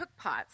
cookpots